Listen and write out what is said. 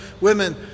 women